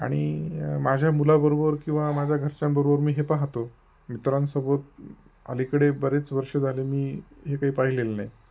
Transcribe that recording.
आणि माझ्या मुलाबरोबर किंवा माझ्या घरच्यांबरोबर मी हे पाहातो मित्रांसोबत अलीकडे बरेच वर्ष झाले मी हे काही पाहिलेलं नाही